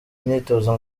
imyitozo